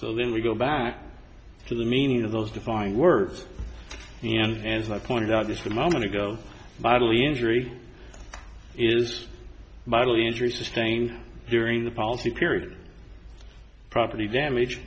so then we go back to the meaning of those defined words and as i pointed out just a moment ago bodily injury is bodily injury sustained during the policy period property damage